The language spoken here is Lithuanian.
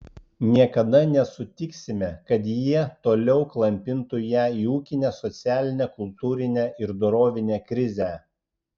niekada nesutiksime kad jie toliau klampintų ją į ūkinę socialinę kultūrinę ir dorovinę krizę